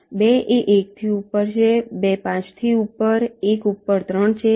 2 એ 1 થી ઉપર બે 5 થી ઉપર 1 ઉપર 3 છે